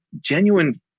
genuine